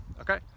Okay